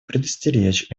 предостеречь